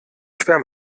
schwer